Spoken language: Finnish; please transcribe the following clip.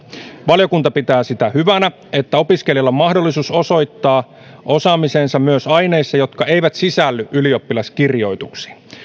valiokunta pitää sitä hyvänä että opiskelijalla on mahdollisuus osoittaa osaamisensa myös aineissa jotka eivät sisälly ylioppilaskirjoituksiin